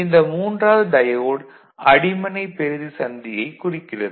இந்த மூன்றாவது டையோடு அடிமனை பெறுதி சந்தியைக் குறிக்கிறது